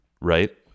right